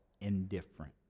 indifferent